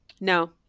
No